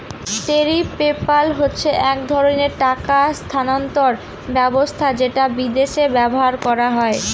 tariff PayPal হচ্ছে এক ধরনের টাকা স্থানান্তর ব্যবস্থা যেটা বিদেশে ব্যবহার করা হয়